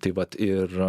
tai vat ir